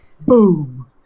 Boom